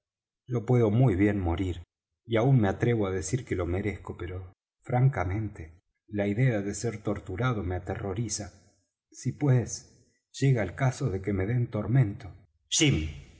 vd doctor yo puedo muy bien morir y aun me atrevo á decir que lo merezco pero francamente la idea de ser torturado me aterroriza si pues llega el caso de que me den tormento jim